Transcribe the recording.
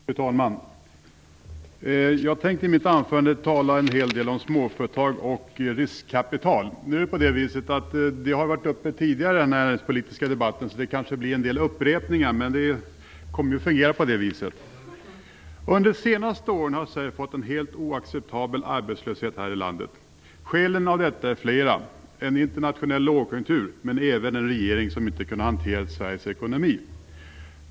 Fru talman! Jag tänker i mitt anförande tala en hel del om småföretag och riskkapital. Frågorna har tidigare varit uppe i den näringspolitiska debatten, så det kanske blir en del upprepningar. Under de senaste åren har Sverige fått en helt oacceptabel arbetslöshet. Skälen till detta är flera, en internationell lågkonjunktur men även en regering som inte har kunnat hantera Sveriges ekonomi.